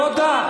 תודה.